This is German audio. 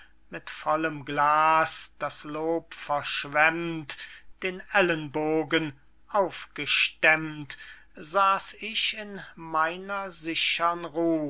mit vollem glas das lob verschwemmt den ellenbogen aufgestemmt saß ich in meiner sichern ruh